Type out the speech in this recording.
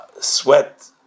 sweat